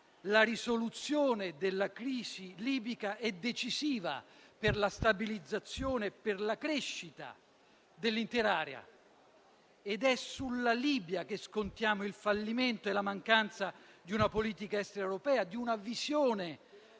La risoluzione della crisi libica è decisiva per la stabilizzazione e per la crescita dell'intera area. È sulla Libia che scontiamo il fallimento e la mancanza di una politica estera europea, di una visione